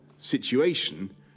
situation